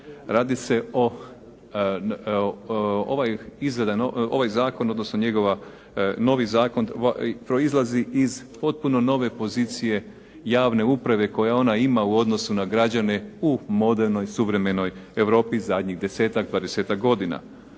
Radi se o, ovaj, ovaj zakon odnosno njegova, novi zakon proizlazi iz potpuno nove pozicije javne uprave koju ona ima u odnosu na građane u modernoj suvremenoj Europi zadnjih 10-tak, 20-tak godina.